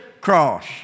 cross